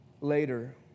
later